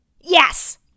Yes